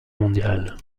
mondiale